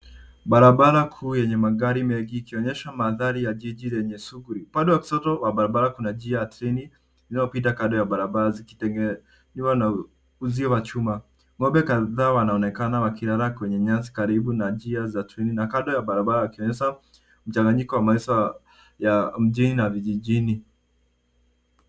Barabara kuu yenye magari mengi ikionyesha mandhari ya jiji lenye shughuli. Upande wa kushoto wa barabara kuna njia ya treni zilizopita kando ya barabara zikitengenezewa na uzi wa chuma. Ng'ombe kadhaa wanaonekana wakilala kwenye nyasi karibu na njia za treni na kando ya barabara, wakionyesha mchanganyiko wa maisha ya mjini na vijijini.